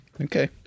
Okay